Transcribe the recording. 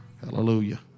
Hallelujah